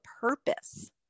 purpose